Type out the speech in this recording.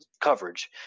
coverage